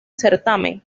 certamen